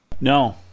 No